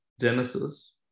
Genesis